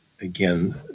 again